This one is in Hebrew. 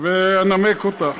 ואנמק אותה.